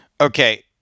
Okay